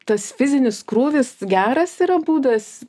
tas fizinis krūvis geras yra būdas